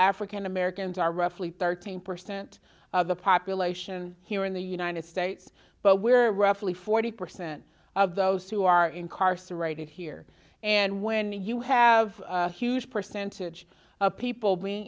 african americans are roughly thirteen percent of the population here in the united states but we're roughly forty percent of those who are incarcerated here and when you have a huge percentage of people being